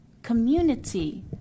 Community